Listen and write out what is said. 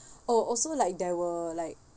oh also like there were like